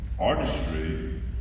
artistry